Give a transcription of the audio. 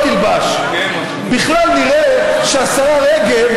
אדוני היושב-ראש,